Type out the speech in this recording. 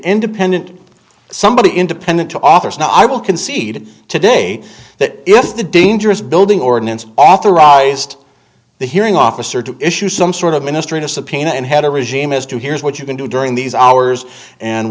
independent somebody independent to authors and i will concede today that if the dangerous building ordinance authorized the hearing officer to issue some sort of minister in a subpoena and had a regime as to here's what you can do during these hours and